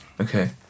okay